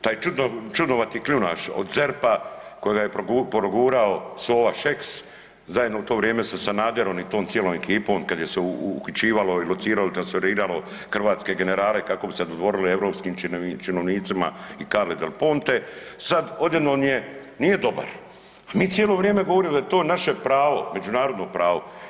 Taj čudnovati kljunaš od ZERP-a koga je progurao sova Šeks zajedno u to vrijeme sa Sanaderom i tom cijelom ekipom kada se je uhićivalo, lociralo, transferiralo hrvatske generale kako bi se dodvorili europskim činovnicima i Karli del Ponte sad odjednom nije dobar, a mi cijelo vrijeme govorili da je to naše pravo, međunarodno pravo.